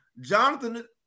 Jonathan